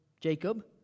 Jacob